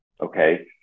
okay